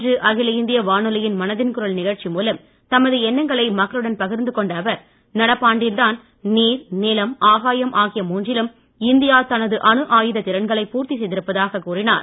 இன்று அகில இந்திய வானொலியின் மனதின் குரல் நிகழ்ச்சி மூலம் தமது எண்ணங்களை மக்களுடன் பகிர்ந்து கொண்ட அவர் நடப்பாண்டில் தான் நீர் நிலம் ஆகாயம் ஆகிய மூன்றிலும் இந்தியா தனது அனு ஆயுத திறன்களை பூர்த்தி செய்திருப்பதாக கூறினார்